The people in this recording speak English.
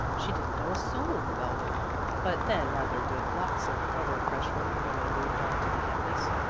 she didn't know a soul in the belden but then neither did lots of other freshmen when they moved on to the campus.